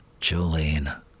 Jolene